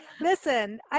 Listen